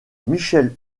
michelle